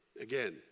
Again